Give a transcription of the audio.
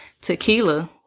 Tequila